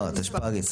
הוועדה".